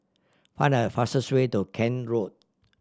find the fastest way to Kent Road